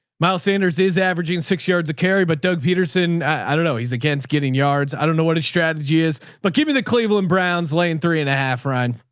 miles sanders is averaging six yards of carry. but doug peterson, i don't know he's against getting yards. i don't know what his strategy is, but give me the cleveland browns lane three and a half run.